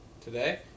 today